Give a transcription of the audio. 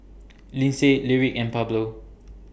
Lindsay Lyric and Pablo